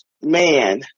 man